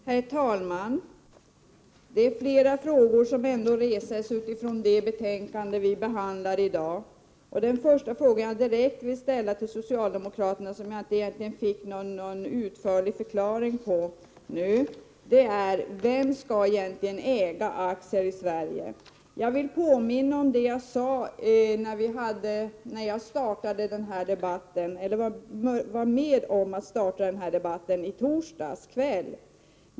Herr talman! Det betänkande vi behandlar i dag ger upphov till flera frågor. En fråga som jag ställde till socialdemokraterna men som jag nu inte fick något utförligt svar på, är vem som egentligen skall äga aktier i Sverige. Jag vill påminna om det jag sade i torsdags kväll, när jag var med om att starta den här debatten.